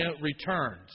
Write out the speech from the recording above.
returns